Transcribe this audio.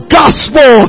gospel